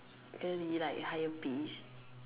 and he like higher pitch